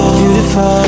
beautiful